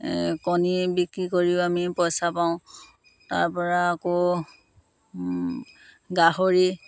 কণী বিক্ৰী কৰিও আমি পইচা পাওঁ তাৰ পৰা আকৌ গাহৰি